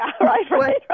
right